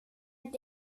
det